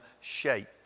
SHAPE